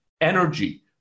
energy